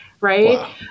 right